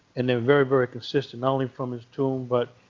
and they're very, very consistent not only from his tomb, but